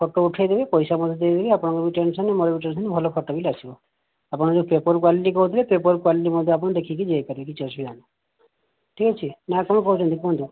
photo ଉଠାଇଦେବେ ଏବଂ ପଇସା ମଧ୍ୟ ଦେବେ ଆପଣଙ୍କ ବି ଟେନ୍ସନ ନାଇଁ କି ମୋର ବି ଟେନ୍ସନ୍ ନାଇଁ ଭଲ ଫୋଟୋ ବି ଆସିବ ଆପଣ ଯେଉଁ ପେପର କ୍ଵାଲିଟି କହୁଥିଲେ ପେପର କ୍ଵାଲିଟି ମଧ୍ୟ ଆପଣ ଦେଖିକି ନେଇପାରିବେ କିଛି ଅସୁବିଧା ନାହିଁ ଠିକ ଅଛି ନାଁ ଆଉ କଣ କହୁଛନ୍ତି କୁହନ୍ତୁ